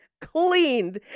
cleaned